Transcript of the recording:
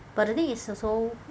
but the thing is also